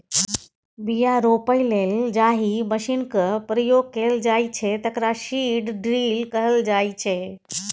बीया रोपय लेल जाहि मशीनक प्रयोग कएल जाइ छै तकरा सीड ड्रील कहल जाइ छै